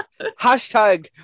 Hashtag